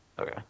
Okay